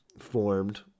formed